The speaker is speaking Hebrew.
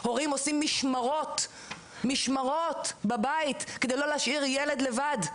הורים עושים משמרות בבית כדי לא להשאיר ילד לבד.